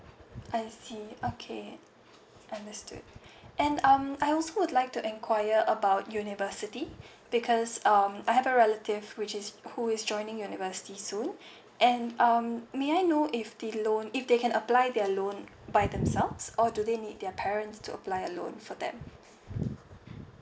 I see okay understood and um I also would like to inquire about university because um I have a relative which is who is joining university soon and um may I know if they loan if they can apply their loan by themselves or do they need their parents to apply a loan for them